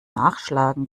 nachschlagen